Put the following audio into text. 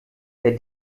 der